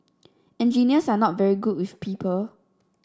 engineers are not very good with people